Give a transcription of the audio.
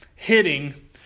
hitting